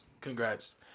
Congrats